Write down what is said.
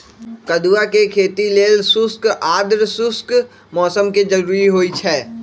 कदुआ के खेती लेल शुष्क आद्रशुष्क मौसम कें जरूरी होइ छै